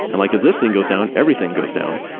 and like ah this thing goes down, everything goes down.